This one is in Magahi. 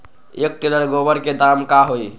एक टेलर गोबर के दाम का होई?